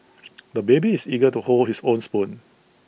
the baby is eager to hold his own spoon